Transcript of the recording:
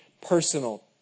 personal